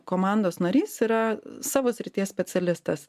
komandos narys yra savo srities specialistas